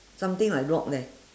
something like rock leh